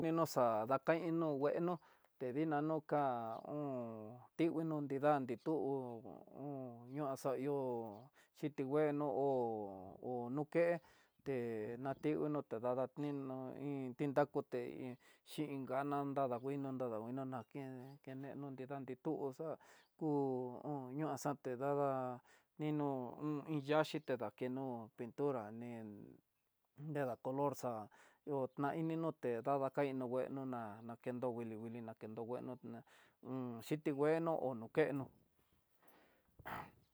Nino xa dakainó ngueno ti diná no ká, ka o'on tinguino nrida ni to'ó ho xana ihó, xhituano ho ho nuké te datinono te ndada tinó iin tindakuté xhingana nadaguinó, nradaguinó daken kenenro nrida nituxa ku on, ñoxuante dada nino iin yaxhi té dakeno pintura né, en nreda color xa'á ho naini no té ta dakaino ngueno na nakendo nguili nguili nakendo ngueno ná xhiti ngueno ho no keno.